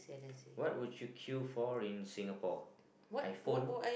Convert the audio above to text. what would you queue for in Singapore iPhone